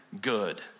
good